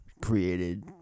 created